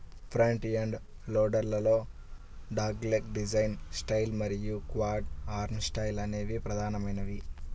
front end loader లలో dogleg design style మరియు curved arm style అనేవి ప్రధానమైనవి